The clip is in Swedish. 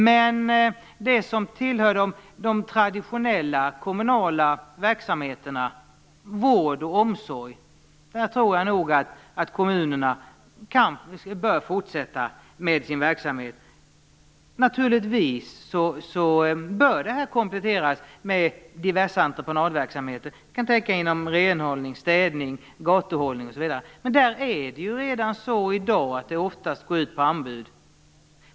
Men på de områden som tillhör de traditionella kommunala verksamheterna, vård och omsorg, tror jag nog att kommunerna bör fortsätta med sin verksamhet. Naturligtvis bör det här kompletteras med diverse entreprenadverksamheter, inom renhållning, städning, gatuhållning osv. Men det går redan i dag oftast ut på anbud.